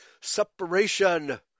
Separation